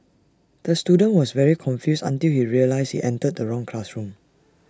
the student was very confused until he realised he entered the wrong classroom